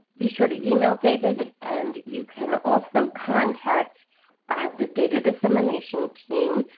be sure to email david and you can also contact the data dissemination team,